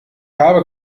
habe